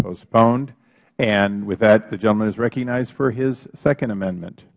postponed and with that the gentleman is recognized for his second amendment